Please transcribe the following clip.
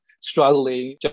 struggling